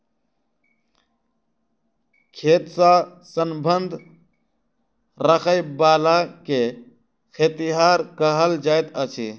खेत सॅ संबंध राखयबला के खेतिहर कहल जाइत अछि